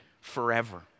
forever